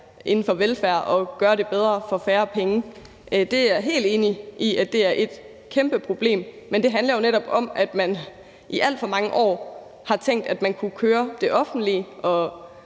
inden for velfærd og gøre det bedre for færre penge. Det er jeg helt enig i er et kæmpeproblem. Men det handler jo netop om, at man i alt for mange år har tænkt, at man kunne køre det offentlige og